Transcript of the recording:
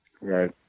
Right